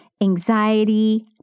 anxiety